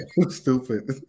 Stupid